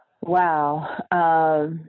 Wow